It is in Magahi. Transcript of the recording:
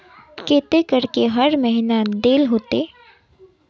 केते करके हर महीना देल होते?